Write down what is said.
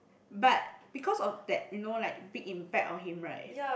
but because of that you know like big impact on him right